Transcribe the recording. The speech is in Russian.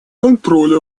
контроля